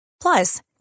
Plus